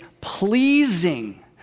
pleasing